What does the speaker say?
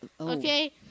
Okay